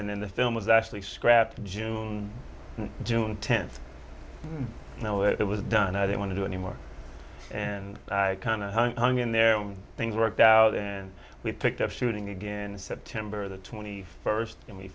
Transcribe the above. then the film was actually scrapped june june tenth no it was done i don't want to do anymore and i kind of hung in there and things worked out and we picked up shooting again in september the twenty first and we